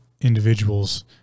individuals